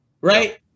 Right